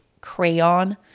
crayon